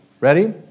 Ready